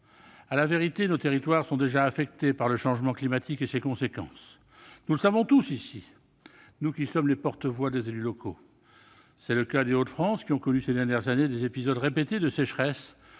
À la vérité, nos territoires sont déjà affectés par le changement climatique et ses conséquences- nous le savons tous ici, nous qui sommes les porte-voix des élus locaux. C'est le cas des Hauts-de-France, qui ont connu ces dernières années des épisodes répétés de sécheresse